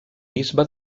bisbe